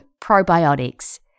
Probiotics